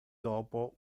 dopo